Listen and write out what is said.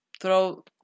throw